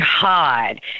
God